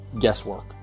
guesswork